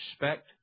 respect